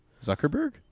zuckerberg